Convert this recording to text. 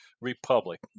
Republic